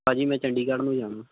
ਭਾਅ ਜੀ ਮੈਂ ਚੰਡੀਗੜ੍ਹ ਨੂੰ ਜਾਣਾ